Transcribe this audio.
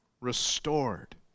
restored